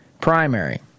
primary